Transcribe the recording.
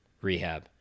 rehab